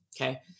okay